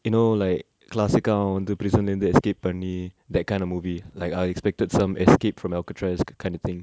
you know like classic ah அவ வந்து:ava vanthu prison lah இருந்து:irunthu escape பன்னி:panni that kind of movie like unexpected some escape from alcatraz k~ kind of thing